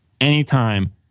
Anytime